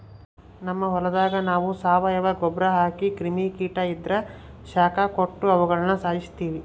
ನಮ್ ಹೊಲದಾಗ ನಾವು ಸಾವಯವ ಗೊಬ್ರ ಹಾಕಿ ಕ್ರಿಮಿ ಕೀಟ ಇದ್ರ ಶಾಖ ಕೊಟ್ಟು ಅವುಗುಳನ ಸಾಯಿಸ್ತೀವಿ